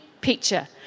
picture